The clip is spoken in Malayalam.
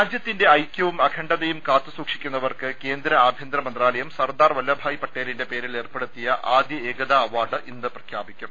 രാജ്യത്തിന്റെ ഐക്യവും അഖണ്ഡതയും കാത്തുസൂക്ഷിക്കുന്ന വർക്ക് കേന്ദ്ര ആഭ്യന്തരമന്ത്രാലയം സർദാർ വല്ലഭായി പട്ടേലിന്റെ പേരിൽ ഏർപ്പെടുത്തിയ ആദ്യ ഏകതാ അവാർഡ് ഇന്ന് പ്രഖ്യാപിക്കും